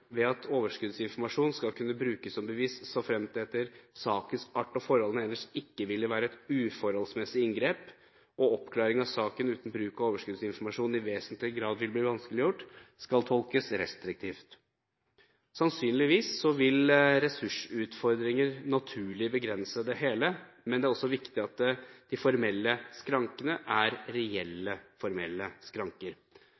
ved at overskuddsinformasjon skal kunne brukes som bevis såfremt det «etter sakens art og forholdene ellers ikke vil være et uforholdsmessig inngrep» og «oppklaring av saken uten bruk av overskuddsinformasjonen i vesentlig grad vil bli vanskeliggjort», skal tolkes restriktivt. Sannsynligvis vil ressursutfordringer naturlig begrense det hele, men det er også viktig at de formelle skrankene er